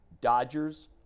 Dodgers